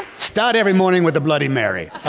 start every morning with a bloody mary